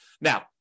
Now